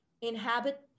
inhabit